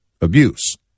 abuse